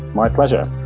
my pleasure